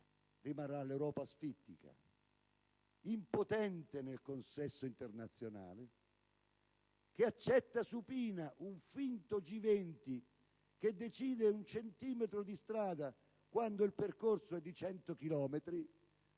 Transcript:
rimarrà l'Europa asfittica, impotente nel consesso internazionale, che accetta supina un finto G20 che ogni volta che si riunisce decide un centimetro di strada, quando il percorso è di 100 chilometri.